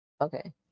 Okay